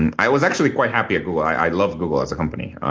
and i was actually quite happy at google. i love google as a company,